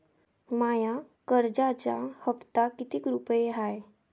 माया कर्जाचा हप्ता कितीक रुपये हाय?